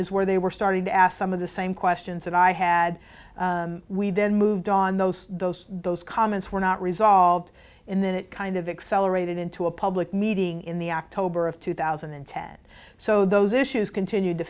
is where they were starting to ask some of the same questions and i had we then moved on those those those comments were not resolved and then it kind of excel aerated into a public meeting in the october of two thousand and ten so those issues continued to